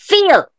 Feel